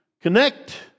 connect